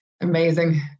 amazing